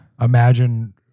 Imagine